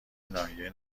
ناحیه